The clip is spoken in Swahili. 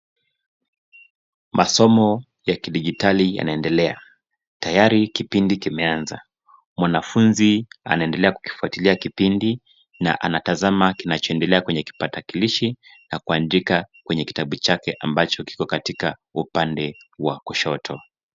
Masomo ya kidijitali yanaendelea. Tayari kipindi kimeanza. Mwanafunzi anaendelea kukifuatilia kipindi na anatazama kinachoendelea kwenye kipata kilishi na kuandika kwenye kitabu chake ambacho kiko katika upande wa kushoto.